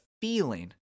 feeling